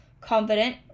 confident